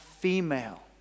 female